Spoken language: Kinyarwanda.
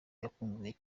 yakunzwe